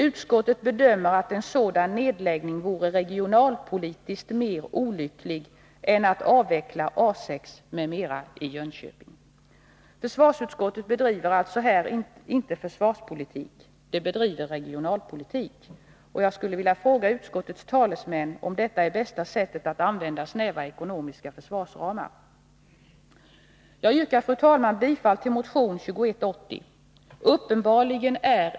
Utskottet bedömer att en sådan nedläggning vore regionalpolitiskt mer olycklig än att avveckla A 6 m.m. i Jönköping.” Försvarsutskottet bedriver här alltså inte försvarspolitik. Det bedriver regionalpolitik. Jag skulle vilja fråga utskottets talesmän: Är det bästa sättet att använda snäva ekonomiska försvarsramar? Jag yrkar, fru talman, bifall till motion 2180.